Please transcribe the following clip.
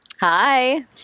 Hi